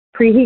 Preheat